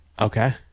Okay